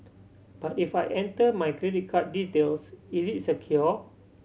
but if I enter my credit card details is it secure